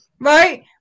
Right